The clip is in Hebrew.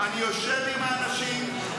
אני יושב עם האנשים -- אתה תוסיף לי, כן?